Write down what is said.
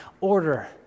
order